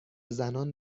زنان